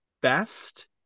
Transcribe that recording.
best